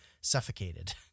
suffocated